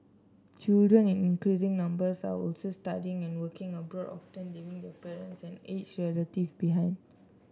children in increasing numbers are also studying and working abroad often leaving their parents and aged relatives behind